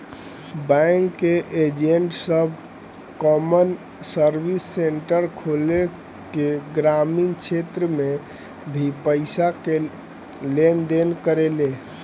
bank के agent सब common service centre खोल के ग्रामीण क्षेत्र में भी पईसा के लेन देन करेले